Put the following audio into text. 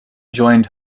joined